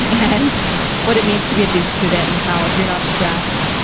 and what it means to be a duke student, and how if you're not stressed,